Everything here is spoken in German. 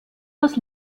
aus